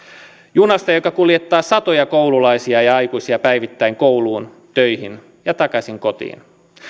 junasta joka kuljettaa satoja koululaisia ja aikuisia päivittäin kouluun töihin ja takaisin kotiin